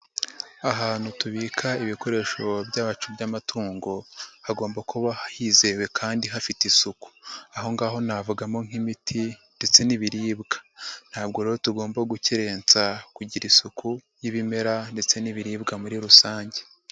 Ahantu tubika ibikoresho byacu by'amatungo hagomba kuba hizewe kandi hafite isuku, aho ngaho navugamo nk'imiti ndetse n'ibiribwa. Ntabwo rero tugomba gukerensa kugira isuku y'ibimera ndetse n'ibiribwa muri rusange.